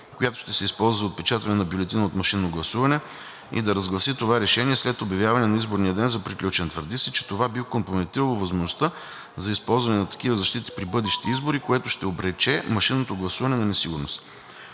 която ще се използва за отпечатване на бюлетина от машинно гласуване, и да разгласи това решение след обявяване на изборния ден за приключен. Твърди се, че това би компрометирало възможността за използване на такива защити при бъдещи избори, което ще обрече машинното гласуване на несигурност.